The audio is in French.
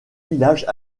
villages